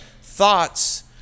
Thoughts